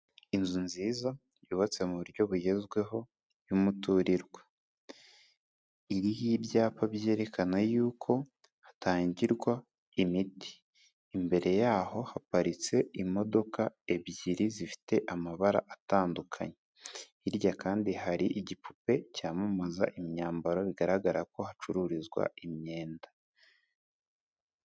Inzu nziza yubatse mu buryo bugezweho y'umuturirwa, iriho ibyapa byerekana yuko hatangirwa imiti, imbere yaho haparitse imodoka ebyiri zifite amabara atandukanye, hirya kandi hari igipupe cyamamaza imyambaro, bigaragara ko hacururizwa imyenda.